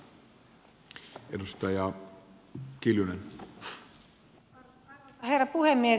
arvoisa herra puhemies